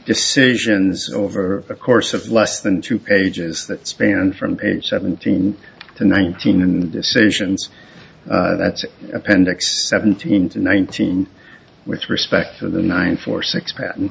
decisions over the course of less than two pages that spanned from page seventeen and nineteen and decisions that appendix seventeen to nineteen which respect to the nine four six pat